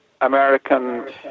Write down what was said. American